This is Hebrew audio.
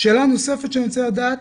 שאלה נוספת שאני רוצה לדעת,